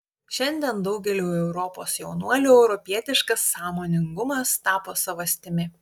šiandien daugeliui europos jaunuolių europietiškas sąmoningumas tapo savastimi